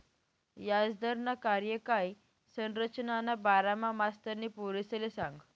याजदरना कार्यकाय संरचनाना बारामा मास्तरनी पोरेसले सांगं